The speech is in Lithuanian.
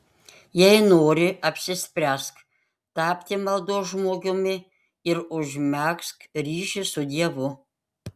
jei nori apsispręsk tapti maldos žmogumi ir užmegzk ryšį su dievu